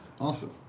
awesome